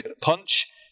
punch